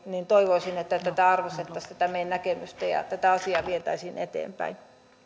toivoisin että arvostettaisiin tätä meidän näkemystämme ja tätä asiaa vietäisiin eteenpäin